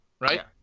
right